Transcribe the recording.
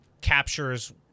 captures